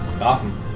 Awesome